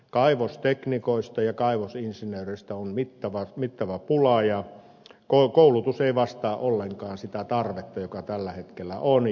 kaivosteknikoista ja kaivosinsinööreistä on mittava pula ja koulutus ei vastaa ollenkaan sitä tarvetta joka tällä hetkellä on